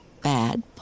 bad